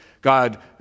God